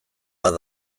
bat